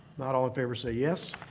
not, all in favor say yes.